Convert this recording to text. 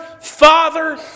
Father